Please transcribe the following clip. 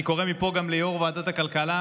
אני קורא מפה ליו"ר ועדת הכלכלה